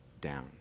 down